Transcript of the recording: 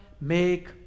make